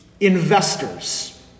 Investors